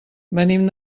venim